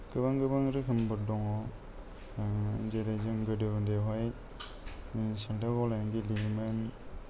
गोबां गोबां रोखोमफोर दङ जेरै जों गोदो ओन्दैयावहाय साल्थाव गावलायनाय गेलेयोमोन